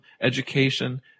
education